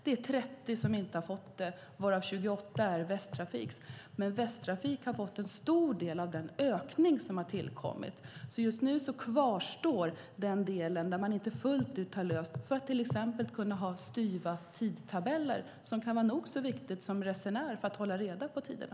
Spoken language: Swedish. Det är 30 som inte har det, varav 28 är Västtrafiks, men Västtrafik har fått en stor del av den ökning som har tillkommit. Just nu kvarstår den del som man inte fullt ut har löst, till exempel när det gäller att kunna ha styva tidtabeller, vilket kan vara nog så viktigt för att man som resenär ska kunna hålla reda på tiderna.